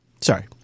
Sorry